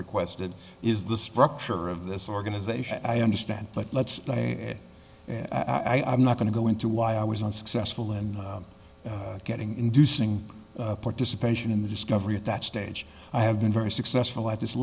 requested is the structure of this organization i understand but let's say and i'm not going to go into why i was unsuccessful in getting inducing participation in the discovery at that stage i have been very successful at this